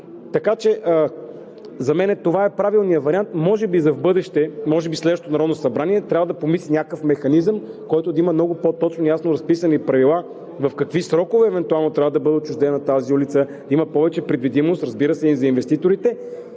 Така че за мен това е правилният вариант – може би за в бъдеще, може би следващото Народно събрание трябва да помисли някакъв механизъм, който да има много по-точно и ясно разписани правила – в какви срокове евентуално трябва да бъде отчуждена тази улица. Има повече предвидимост, разбира се, и за инвеститорите,